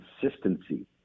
consistency